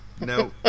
No